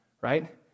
right